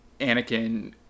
anakin